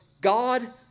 God